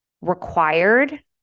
required